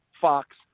Fox